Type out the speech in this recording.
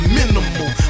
minimal